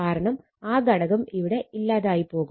കാരണം ആ ഘടകം ഇവിടെ ഇല്ലാതെയായി പോകും